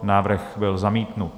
Návrh byl zamítnut.